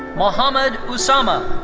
muhammad usama.